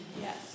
Yes